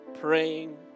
praying